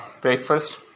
breakfast